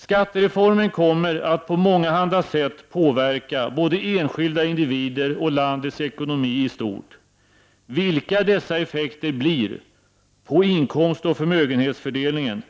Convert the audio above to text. Skattereformen kommer att på mångahanda sätt påverka både enskilda individer och landets ekonomi i stort. Vilka dessa effekter blir — på inkomstoch förmögenhetsfördelningen,